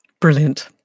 Brilliant